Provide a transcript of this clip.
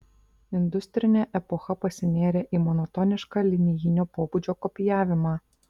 industrinė epocha pasinėrė į monotonišką linijinio pobūdžio kopijavimą